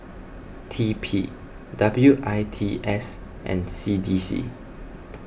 T P W I T S and C D C